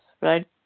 right